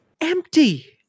Empty